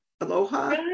Aloha